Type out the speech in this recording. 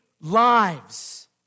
lives